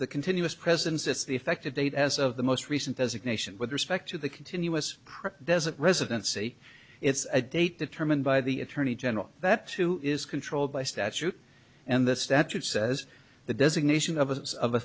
the continuous presence it's the effective date as of the most recent designation with respect to the continuous desert residency it's a date determined by the attorney general that too is controlled by statute and the statute says the designation of